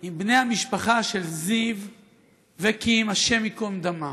עם בני המשפחה של זיו וקים, השם ייקום דמם.